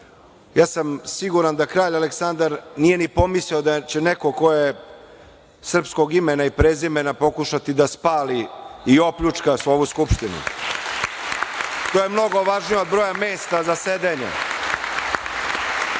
Ja sam siguran da kralj Aleksandar nije ni pomislio da će neko ko je srpskog imena i prezimena pokušati da spali i opljačka svu ovu Skupštinu. To je mnogo važnije od broja mesta za sedenje.